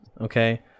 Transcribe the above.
okay